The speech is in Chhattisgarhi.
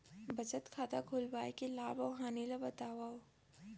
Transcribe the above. बचत खाता खोलवाय के लाभ अऊ हानि ला बतावव?